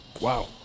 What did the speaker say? wow